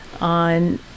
on